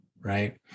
Right